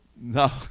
no